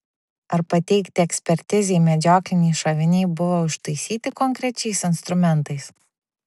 ar pateikti ekspertizei medžiokliniai šoviniai buvo užtaisyti konkrečiais instrumentais